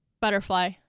Butterfly